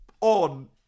on